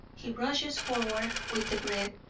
he rushes forward with the bread.